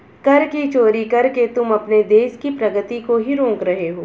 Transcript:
कर की चोरी करके तुम अपने देश की प्रगती को ही रोक रहे हो